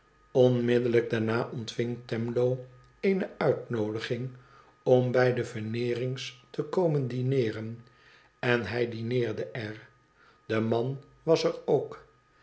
onmiddellijk daarna ontving twemlow eene uitnoodiging om bij de veneerings te komen dineeren en hij dineerde er de maü was er ook